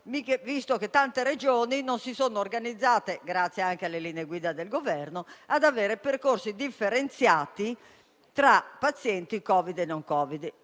visto che tante Regioni non si sono organizzate (grazie anche alle linee guida del Governo) per avere percorsi differenziati tra pazienti Covid e non.